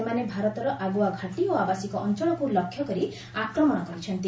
ସେମାନେ ଭାରତର ଆଗୁଆ ଘାଟି ଓ ଆବାସିକ ଅଞ୍ଚଳକୁ ଲକ୍ଷ୍ୟ କରି ଆକ୍ରମଣ କରିଛନ୍ତି